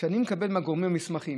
שאני מקבל מהגורמים המוסמכים,